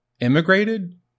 Immigrated